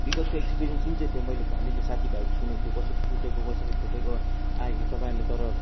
विगतको एक्सपेरियन्स जुन चाहिँ थियो मैले भने नि साथी भाइको सुनेको थियो कसैको टुटेको कसैको फुटेको आएको तपाईँहरूले तर